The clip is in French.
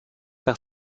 par